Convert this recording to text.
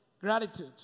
gratitude